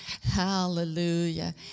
Hallelujah